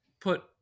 put